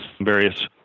various